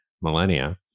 millennia